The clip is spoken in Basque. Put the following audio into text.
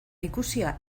ikusia